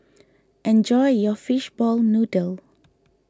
enjoy your Fishball Noodle